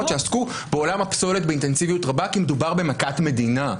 שעסקו בעולם הפסולת באינטנסיביות רבה כי מדובר במכת מדינה,